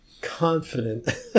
confident